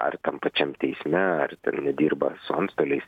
ar tam pačiam teisme ar ten nedirba su antstoliais